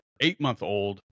eight-month-old